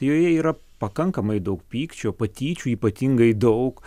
joje yra pakankamai daug pykčio patyčių ypatingai daug